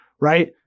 right